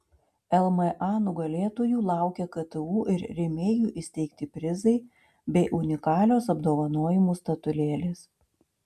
lma nugalėtojų laukia ktu ir rėmėjų įsteigti prizai bei unikalios apdovanojimų statulėlės